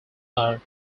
are